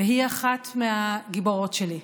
והיא אחת מהגיבורות שלי.